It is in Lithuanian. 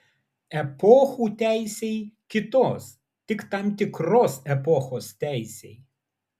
epochų teisei kitos tik tam tikros epochos teisei